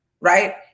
right